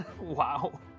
Wow